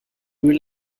you